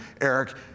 Eric